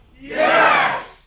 Yes